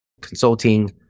consulting